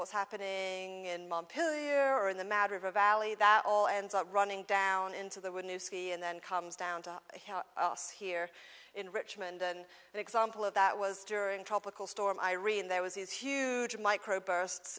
what's happening in the matter of a valley that all ends up running down into the wood new city and then comes down to us here in richmond and an example of that was during tropical storm irene there was these huge microburst